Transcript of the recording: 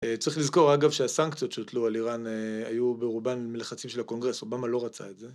צריך לזכור אגב שהסנקציות שהוטלו על איראן היו ברובן מלחצים של הקונגרס, אובמה לא רצה את זה.